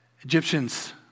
Egyptians